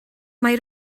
mae